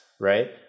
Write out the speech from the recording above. right